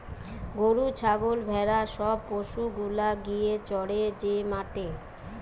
গরু ছাগল ভেড়া সব পশু গুলা গিয়ে চরে যে মাঠে